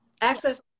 access